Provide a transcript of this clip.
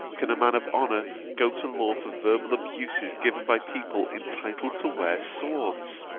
can a man of honour go to law for verbal abuses given by people entitled to wear swords